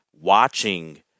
watching